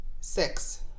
six